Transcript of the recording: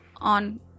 on